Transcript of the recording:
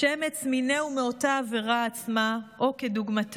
"שמץ מינהו מאותו עבירה או כדוגמתה".